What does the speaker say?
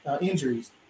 injuries